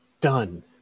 done